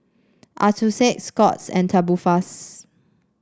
Accucheck Scott's and Tubifast